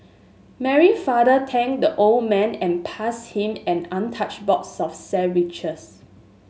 Mary father thanked the old man and passed him an untouched box of sandwiches